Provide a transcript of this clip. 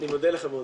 אני מודה לך מאוד.